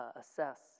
assess